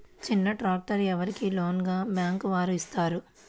చిన్న ట్రాక్టర్ ఎవరికి లోన్గా బ్యాంక్ వారు ఇస్తారు?